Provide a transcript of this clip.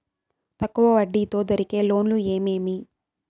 తక్కువ వడ్డీ తో దొరికే లోన్లు ఏమేమీ?